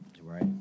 Right